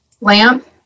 lamp